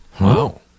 Wow